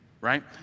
right